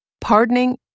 pardoning